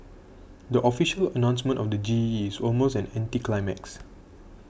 the official announcement of the G E is almost an anticlimax